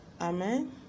Amen